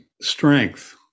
strength